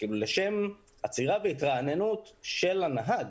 לשם עצירה והתרעננות של הנהג.